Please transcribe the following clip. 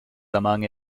among